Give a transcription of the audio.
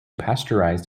pasteurized